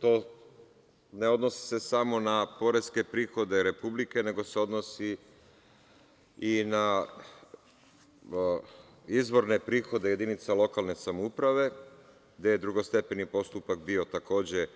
To se ne odnosi samo na poreske prihode republike, nego se odnosi i na izvorne prihode jedinica lokalne samouprave, gde je drugostepeni postupak bio takođe